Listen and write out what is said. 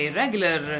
regular